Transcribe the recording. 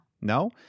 no